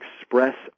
express